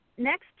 Next